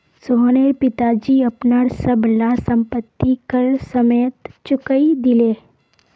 सोहनेर पिताजी अपनार सब ला संपति कर समयेत चुकई दिले